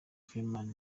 freeman